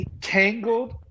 tangled